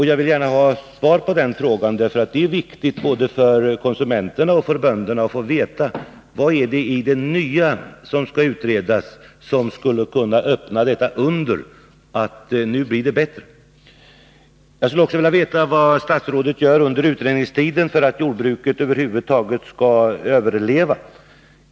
Jag vill gärna har svar på den frågan, därför att det är viktigt både för konsumenterna och för bönderna att få veta vad det är för nytt som skall utredas och som skulle kunna åstadkomma detta under att det nu blir bättre. Jag skulle också vilja veta vad statsrådet gör under utredningstiden för att jordbruket över huvud taget skall överleva.